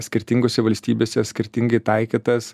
skirtingose valstybėse skirtingai taikytas